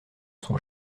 sont